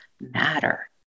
matter